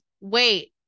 wait